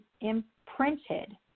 imprinted